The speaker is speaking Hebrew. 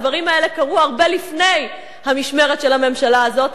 הדברים האלה קרו הרבה לפני המשמרת של הממשלה הזאת.